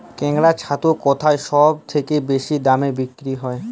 কাড়াং ছাতু কোথায় সবথেকে বেশি দামে বিক্রি হয়?